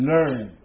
Learn